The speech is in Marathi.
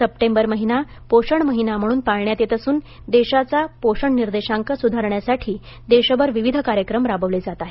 सप्टेंबर महिना पोषण महिना म्हणून पाळण्यात येत असून देशाचा पोषण निर्देशांक सुधारण्यासाठी देशभर विविध कार्यक्रम राबवले जात आहेत